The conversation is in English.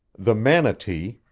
the manatee,